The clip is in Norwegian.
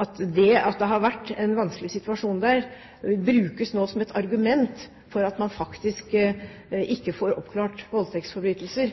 At det at det har vært en vanskelig situasjon der, nå brukes som et argument for at man faktisk ikke får oppklart voldtektsforbrytelser,